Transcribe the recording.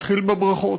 נתחיל בברכות.